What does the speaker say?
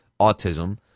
autism